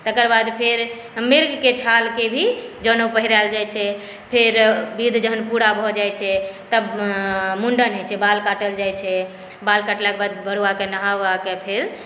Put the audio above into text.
तकर बाद फेर मृगके छालके भी जनउ पहिराएल जाइ छै फेर विध जहन पुरा भऽ जाइ छै तब मुण्डन होइ छै बाल काटल जाइ छै बाल काटलाके बाद बरुआकेँ नहा उहाके फेर